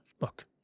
Look